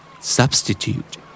Substitute